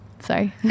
Sorry